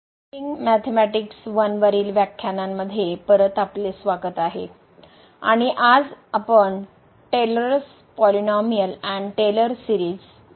engineering mathematics 1वरील व्याख्यानांमध्ये परत आपले स्वागत आहे आणि आज आपण Taylor's polynomial and Taylor series Taylor's Polynomial and Taylor Series